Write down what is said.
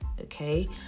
Okay